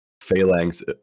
phalanx